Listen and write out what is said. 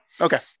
Okay